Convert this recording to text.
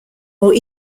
more